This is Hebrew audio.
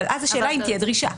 אבל אז השאלה אם תהיה דרישה.